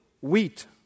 wheat